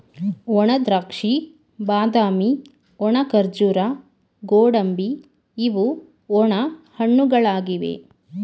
ಒಣದ್ರಾಕ್ಷಿ, ಬಾದಾಮಿ, ಒಣ ಖರ್ಜೂರ, ಗೋಡಂಬಿ ಇವು ಒಣ ಹಣ್ಣುಗಳಾಗಿವೆ